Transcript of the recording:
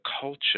culture